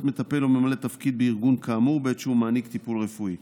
מטפל או ממלא תפקיד בארגון כאמור בעת שהוא מעניק טיפול רפואי.